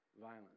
violence